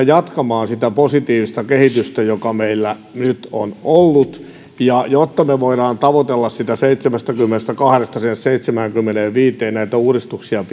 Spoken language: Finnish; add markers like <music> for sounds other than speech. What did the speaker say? <unintelligible> jatkamaan sitä positiivista kehitystä joka meillä nyt on ollut ja jotta me voimme tavoitella sitä nousua seitsemästäkymmenestäkahdesta siihen seitsemäänkymmeneenviiteen näitä uudistuksia <unintelligible>